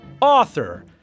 author